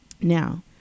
now